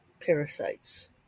parasites